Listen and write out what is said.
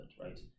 right